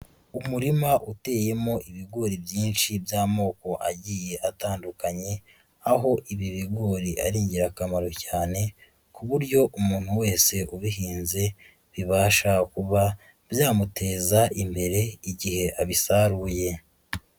Umurima uteyemo ibigori byinshi by'amoko agiye atandukanye, aho ibi bigori ari ingirakamaro cyane, ku buryo umuntu wese ubihinze bibasha kuba byamuteza imbere igihe abisaruye.